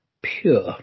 pure